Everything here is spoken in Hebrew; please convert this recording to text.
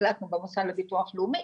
החלטנו במוסד לביטוח לאומי,